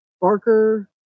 barker